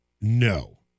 No